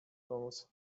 pomóc